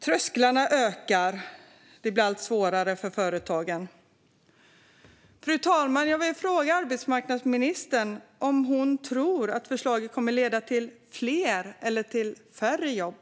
Trösklarna höjs, och det blir allt svårare för företagen. Fru talman! Jag vill fråga arbetsmarknadsministern om hon tror att förslaget kommer att leda till fler eller färre jobb.